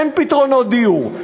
אין פתרונות דיור.